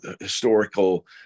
historical